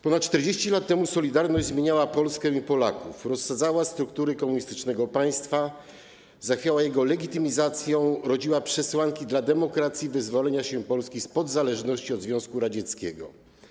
Ponad 40 lat temu „Solidarność” zmieniała Polskę i Polaków, rozsadzała struktury komunistycznego państwa, zachwiała jego legitymizacją, rodziła przesłanki dla demokracji, wyzwolenia się Polski spod zależności od Związku Radzieckiego.